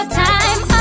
time